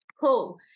Cool